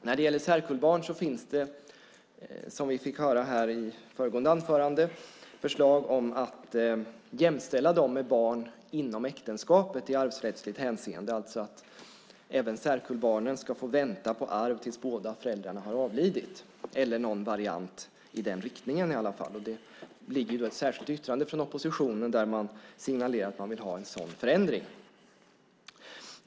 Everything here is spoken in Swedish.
När det gäller särkullbarn finns det, som vi fick höra i föregående anförande, förslag om att jämställa dem med barn inom äktenskapet i arvsrättsligt hänseende. Även särkullbarnen ska alltså få vänta på arv till dess att båda föräldrarna har avlidit - eller någon variant i den riktningen i alla fall. Det föreligger ett särskilt yttrande från oppositionen där man signalerar att man vill ha en sådan förändring.